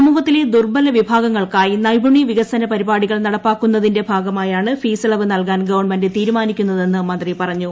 സമൂഹത്തിലെ ദുർബലവിഭാഗങ്ങൾക്കായി നൈപുണ്യ വികസന പരിപാടികൾ നടപ്പാക്കുന്നതിന്റെ ഭാഗമായാണ് ഫീസിളവ് നൽകാൻ ഗവൺമെന്റ് തീരുമാനിക്കുന്നതെന്ന് മന്ത്രി പറഞ്ഞു